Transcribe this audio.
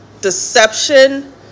deception